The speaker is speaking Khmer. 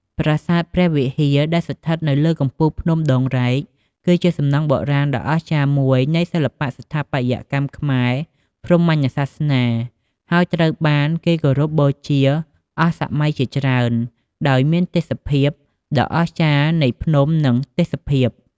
ប្រាសាទព្រះវិហារ ដែលស្ថិតនៅលើកំពូលភ្នំដងរែក គឺជាសំណង់បុរាណដ៏អស្ចារ្យមួយនៃសិល្បៈស្ថាបត្យកម្មខ្មែរព្រហ្មញ្ញសាសនា ហើយត្រូវបានគេគោរពបូជាអស់សម័យជាច្រើន ដោយមានទេសភាពដ៏អស្ចារ្យនៃភ្នំនិងទេសភាព ។